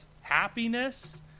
happiness